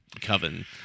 Coven